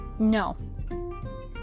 no